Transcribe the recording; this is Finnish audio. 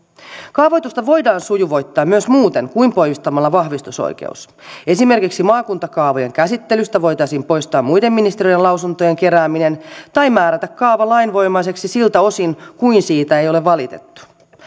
kaavoitusta voidaan sujuvoittaa myös muuten kuin poistamalla vahvistusoikeus esimerkiksi maakuntakaavojen käsittelystä voitaisiin poistaa muiden ministeriöiden lausuntojen kerääminen tai määrätä kaava lainvoimaiseksi siltä osin kuin siitä ei ole valitettu